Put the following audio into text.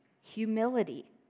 humility